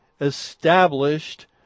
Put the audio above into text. established